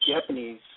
Japanese